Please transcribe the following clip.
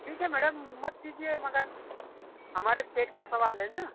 ठीक है मैडम मत पीजिए मगर हमारे पेट का सवाल है न